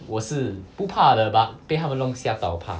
我是不怕的 but 被他们弄吓到我怕